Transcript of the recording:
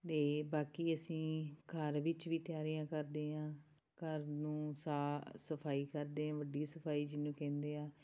ਅਤੇ ਬਾਕੀ ਅਸੀਂ ਘਰ ਵਿੱਚ ਵੀ ਤਿਆਰੀਆਂ ਕਰਦੇ ਹਾਂ ਘਰ ਨੂੰ ਸਾ ਸਫ਼ਾਈ ਕਰਦੇ ਹਾਂ ਵੱਡੀ ਸਫ਼ਾਈ ਜਿਹਨੂੰ ਕਹਿੰਦੇ ਆ